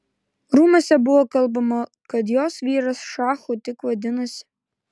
rūmuose buvo kalbama kad jos vyras šachu tik vadinasi